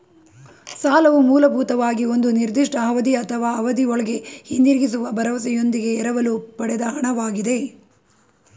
ಸಾಲವು ಮೂಲಭೂತವಾಗಿ ಒಂದು ನಿರ್ದಿಷ್ಟ ಅವಧಿ ಅಥವಾ ಅವಧಿಒಳ್ಗೆ ಹಿಂದಿರುಗಿಸುವ ಭರವಸೆಯೊಂದಿಗೆ ಎರವಲು ಪಡೆದ ಹಣ ವಾಗಿದೆ